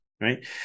right